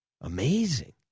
Amazing